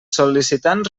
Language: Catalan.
sol·licitants